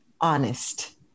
honest